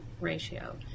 ratio